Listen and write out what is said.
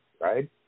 right